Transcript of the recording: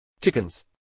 chickens